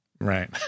Right